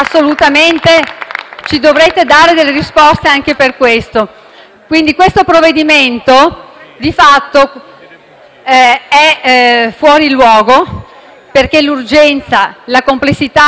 assolutamente dare delle risposte anche su questo. Questo provvedimento di fatto è fuori luogo, perché l'urgenza, la complessità e l'eterogeneità